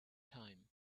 time